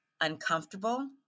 uncomfortable